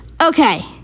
Okay